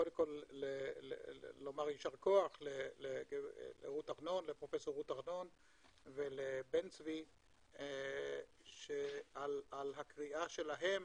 קודם כל לומר יישר כוח לפרופ' רות ארנון ולבן-צבי על הקריאה שלהם